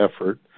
effort